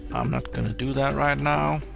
i'm not gonna do that right now,